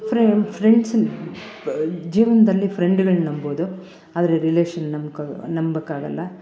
friend friends ಜೀವನದಲ್ಲಿ ಫ್ರೆಂಡ್ಗಳನ್ನ ನಂಬೋದು ಆದರೆ ರಿಲೇಷನ್ ನಂಬ್ಕ ನಂಬಕಾಗಲ್ಲ